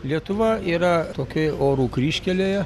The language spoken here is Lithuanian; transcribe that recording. lietuva yra tokioj orų kryžkelėje